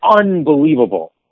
unbelievable